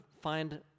find